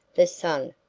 the sun,